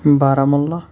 Baramulla